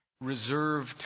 reserved